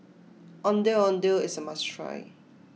Ondeh Ondeh is a must try